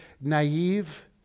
naive